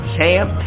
Champ